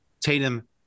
Tatum